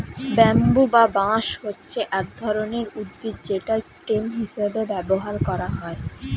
bamboo বা বাঁশ হচ্ছে এক রকমের উদ্ভিদ যেটা স্টেম হিসেবে ব্যবহার করা হয়